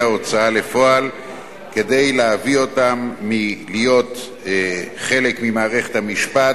ההוצאה לפועל כדי להביא אותם להיות חלק ממערכת המשפט,